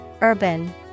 Urban